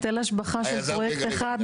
היטל השבחה של פרויקט אחד,